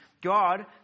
God